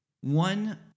one